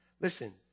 Listen